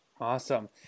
Awesome